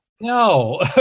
No